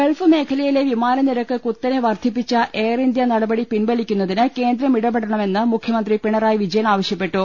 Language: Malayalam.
ഗൾഫ് മേഖലയിലെ വിമാനനിരക്ക് കുത്തനെ വർദ്ധിപ്പിച്ച എയർ ഇന്ത്യ നടപടി പിൻവലിക്കുന്നതിന് കേന്ദ്രം ഇടപെടണ മെന്ന് മുഖ്യമന്ത്രി പിണറായി വിജയൻ ആവശ്യപ്പെട്ടു